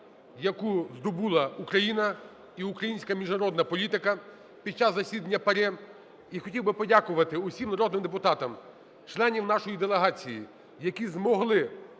яку здобула Україна і українська міжнародна політика під час засідання ПАРЄ! І хотів би подякувати всім народним депутатам – членам нашої делегації, які змогли